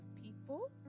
people